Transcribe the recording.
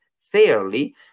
fairly